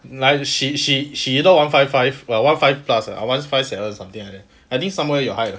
like she she she look one five five one five plus ah one five seven ah something like that I think somewhere your height ah